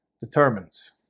determines